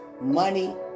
money